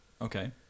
Okay